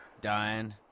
dying